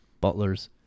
butlers